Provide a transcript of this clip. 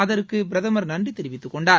அதற்கு பிரதமர் நன்றி தெரிவித்துக் கொணடார்